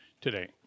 today